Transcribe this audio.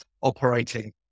operating